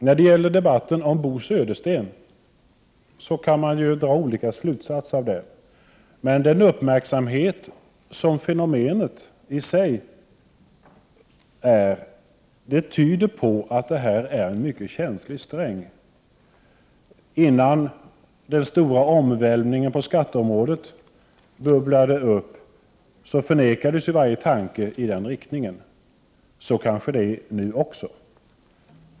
När det gäller debatten om Bo Södersten kan man dra olika slutsatser, men = Prot. 1988/89:100 uppmärksamheten på fenomenet i sig tyder på att det här är en mycket 20 april 1989 känslig sträng. Innan den stora omvälvningen på skatteområdet bubblade upp, förnekades varje tanke i den riktning som det här är fråga om. Så är det kanske nu också.